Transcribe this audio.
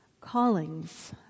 callings